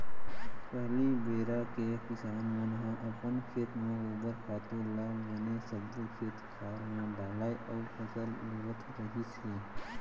पहिली बेरा के किसान मन ह अपन खेत म गोबर खातू ल बने सब्बो खेत खार म डालय अउ फसल लेवत रिहिस हे